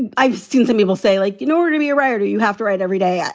and i've seen some people say, like in order to be a writer, you have to write every day.